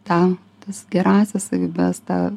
tą tas gerąsias savybes tą